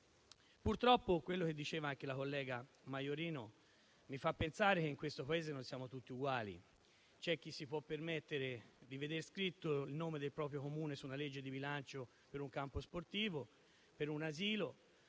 Purtroppo, quello che diceva anche la collega Maiorino mi fa pensare che in questo Paese non siamo tutti uguali, perché c'è chi si può permettere di veder scritto il nome del proprio Comune su una legge di bilancio per un campo sportivo o per un asilo.